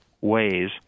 ways